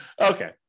Okay